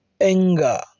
Anger